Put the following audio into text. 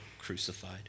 crucified